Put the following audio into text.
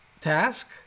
task